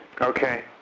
Okay